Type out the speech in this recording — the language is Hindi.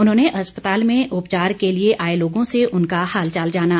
उन्होंने अस्पताल में उपचार के लिए आए लोगों से उनका हालचाल जाना